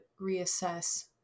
reassess